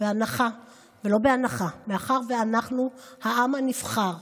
מאחר שאנחנו העם הנבחר,